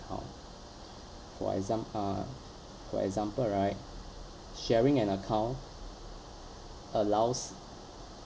account for exam~ uh for example right sharing an account allows